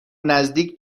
نزدیک